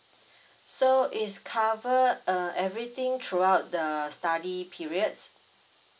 so it's cover err everything throughout the study period